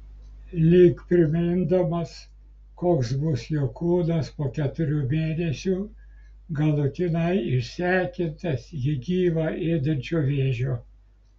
lyg primindamas koks bus jo kūnas po keturių mėnesių galutinai išsekintas jį gyvą ėdančio vėžio